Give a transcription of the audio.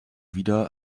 wieder